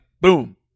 boom